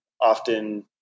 often